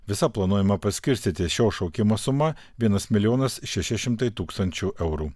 visa planuojama paskirstyti šio šaukimo suma vienas milijonas šeši šimtai tūkstančių eurų